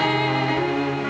and